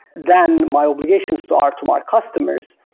then my obligations to um to my customers.